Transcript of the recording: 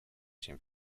dzień